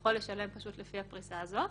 יכול לשלם לפי הפריסה הזאת.